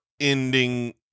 ending